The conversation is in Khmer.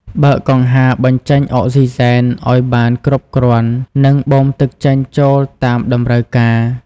បើកកង្ហាបញ្ចេញអុកស៊ីហ្សែនឲ្យបានគ្រប់គ្រាន់ និងបូមទឹកចេញចូលតាមតម្រូវការ។